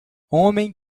homem